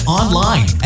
online